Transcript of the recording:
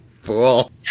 fool